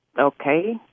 Okay